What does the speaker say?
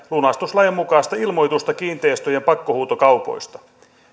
lunastuslain mukaista ilmoitusta kiinteistöjen pakkohuutokaupoista